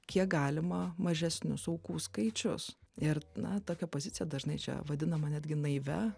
kiek galima mažesnius aukų skaičius ir na tokia pozicija dažnai čia vadinama netgi naivia